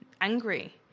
angry